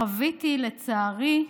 חוויתי, לצערי,